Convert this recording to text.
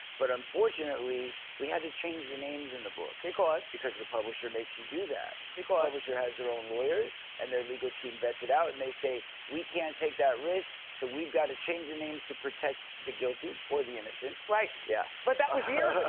but unfortunately, we had to change the names in the book. because? because the publisher makes you do that. because? the publisher has their own lawyers, and their legal team vets it out, and they say, we can't take that risk, so we've gotta change the names to protect the guilty or the innocent. right. yeah but that was years